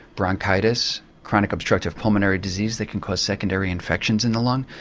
bronchitis, chronic obstructive pulmonary disease that can cause secondary infections in the lung.